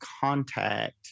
contact